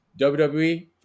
WWE